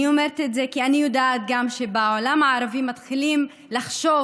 אני אומרת את זה כי אני יודעת שבעולם הערבי מתחילים לחשוב